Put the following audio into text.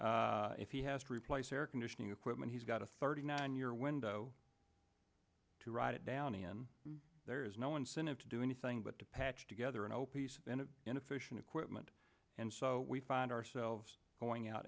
lease if he has to replace air conditioning equipment he's got a thirty nine year window to write it down and then there is no incentive to do anything but to patch together and open inefficient equipment and so we find ourselves going out